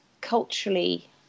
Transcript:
culturally